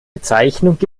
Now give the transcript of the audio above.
bezeichnung